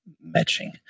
matching